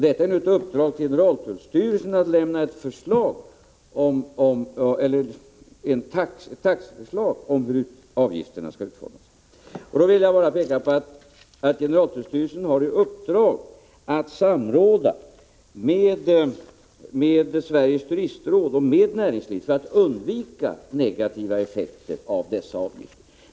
Detta är ett uppdrag till generaltullstyrelsen att lämna ett förslag till taxa och hur avgifterna skall utformas. Jag vill bara peka på att generaltullstyrelsen har i uppdrag att samråda med Sveriges turistråd och med näringslivet för att undvika negativa effekter av dessa avgifter.